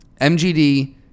MGD